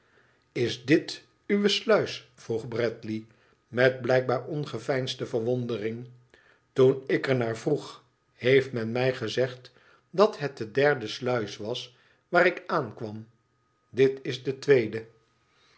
is dit uwe sluis vroeg bradley met blijkbaar ongeveinsde verwondering toen ik er naar vroeg heeft men mij gezegd dat het de derde sluis was waar ik aankwam dit is de tweede